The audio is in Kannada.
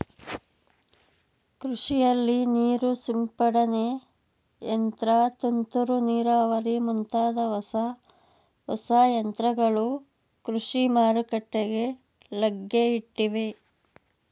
ಕೃಷಿಯಲ್ಲಿ ನೀರು ಸಿಂಪಡನೆ ಯಂತ್ರ, ತುಂತುರು ನೀರಾವರಿ ಮುಂತಾದ ಹೊಸ ಹೊಸ ಯಂತ್ರಗಳು ಕೃಷಿ ಮಾರುಕಟ್ಟೆಗೆ ಲಗ್ಗೆಯಿಟ್ಟಿವೆ